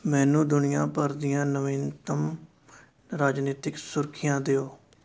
ਮੈਨੂੰ ਦੁਨੀਆ ਭਰ ਦੀਆਂ ਨਵੀਨਤਮ ਰਾਜਨੀਤਿਕ ਸੁਰਖੀਆਂ ਦਿਉ